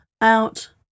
out